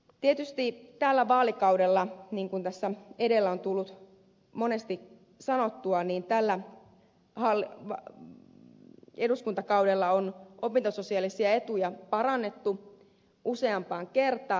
tietysti tällä vaalikaudella niin kuin tässä edellä on tullut monesti sanottua on opintososiaalisia etuja parannettu useampaan kertaan